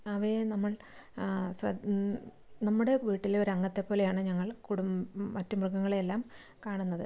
അവയെ നമ്മൾ നമ്മുടെ വീട്ടിലെ ഒരു അംഗത്തെപ്പോലെയാണ് ഞങ്ങൾ കുടും മറ്റ് മൃഗങ്ങളെയെല്ലാം കാണുന്നത്